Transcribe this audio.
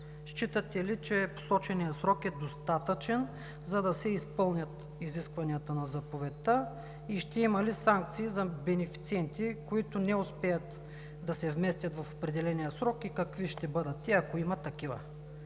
Считате ли, че посоченият срок е достатъчен, за да се изпълнят изискванията на Заповедта? Ще има ли санкции за бенефициенти, които не успеят да се вместят в определения срок, и какви ще бъдат те, ако има такива?